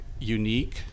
unique